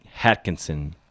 Hatkinson